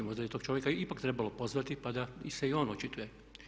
Možda je tog čovjeka ipak trebalo pozvati, pa da se i on očituje.